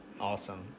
Awesome